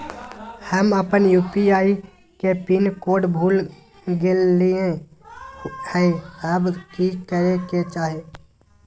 हम अपन यू.पी.आई के पिन कोड भूल गेलिये हई, अब की करे के चाही?